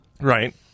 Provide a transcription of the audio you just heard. Right